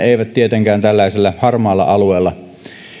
eivät tietenkään tällaisella harmaalla alueella